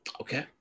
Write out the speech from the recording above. Okay